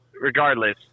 regardless